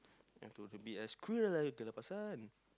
have to to be as cruel to the person